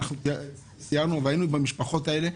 סיירנו וביקרנו במשפחות הללו.